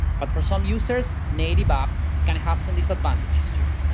but for some users, native apps can have some disadvantages, to.